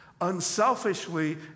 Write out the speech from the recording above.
Unselfishly